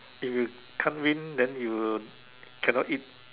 if you can't win then you cannot eat